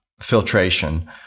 filtration